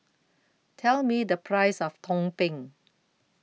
Tell Me The Price of Tumpeng